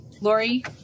Lori